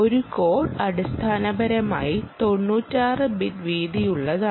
ഒരു കോഡ് അടിസ്ഥാനപരമായി 96 ബിറ്റ്സ് വീതിയുള്ളതാണ്